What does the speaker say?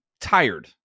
tired